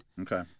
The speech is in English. Okay